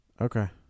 okay